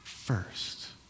First